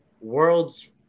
world's